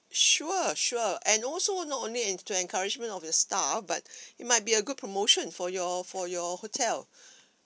sure sure and also not only an to encouragement of the staff but it might be a good promotion for your for your hotel